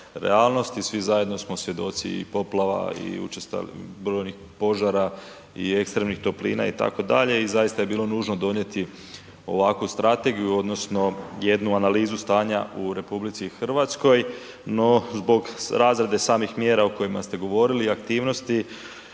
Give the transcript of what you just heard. svi zajedno smo svjedoci poplava i učestalih i brojnih požara i ekstremnih toplina, itd. i zaista je bilo nužno donijeti ovakvu strategiju, odnosno jednu analizu stanja u RH, no zbog razrade samih mjera o kojima ste govorili, aktivnosti